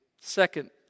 Second